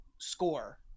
score